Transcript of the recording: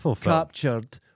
captured